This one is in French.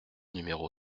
numéro